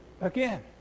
again